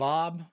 Bob